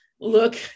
look